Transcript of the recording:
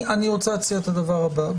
אני רוצה להציע את הדבר הבא.